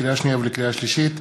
לקריאה שנייה ולקריאה שלישית: